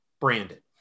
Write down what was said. branded